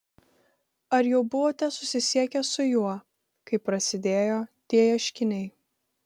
ar jau buvote susisiekęs su juo kai prasidėjo tie ieškiniai